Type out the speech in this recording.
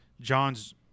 John's